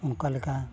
ᱚᱱᱠᱟ ᱞᱮᱠᱟ